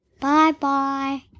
Bye-bye